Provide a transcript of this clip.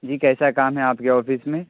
جی کیسا کام ہے آپ کے آفس میں